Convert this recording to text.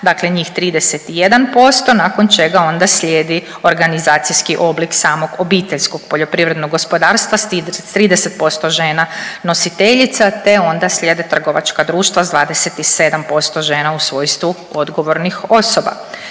Dakle, njih 31% nakon čega onda slijedi organizacijski oblik samog obiteljskog poljoprivrednog gospodarstva s 30% žena nositeljica te onda slijede trgovačka društva s 27% žena u svojstvu odgovornih osoba.